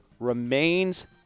remains